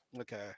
okay